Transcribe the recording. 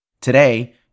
Today